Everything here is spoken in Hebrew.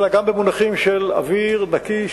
אלא גם במונחים של אוויר נקי,